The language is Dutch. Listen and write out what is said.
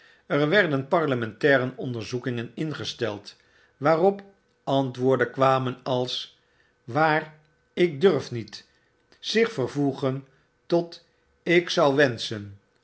er werden parlementaire onderzoekingen ingesteld waarop antwoorden kwamen als waar ikdurfniet zich vervoegen tot ik zou wenschen